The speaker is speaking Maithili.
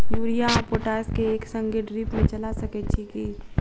यूरिया आ पोटाश केँ एक संगे ड्रिप मे चला सकैत छी की?